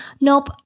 Nope